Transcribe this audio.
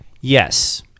Yes